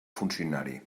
funcionari